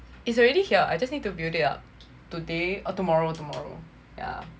it's already here I just need to build it up today or tomorrow tomorrow yeah